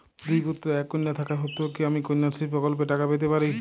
দুই পুত্র এক কন্যা থাকা সত্ত্বেও কি আমি কন্যাশ্রী প্রকল্পে টাকা পেতে পারি?